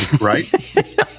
right